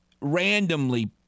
randomly